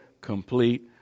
complete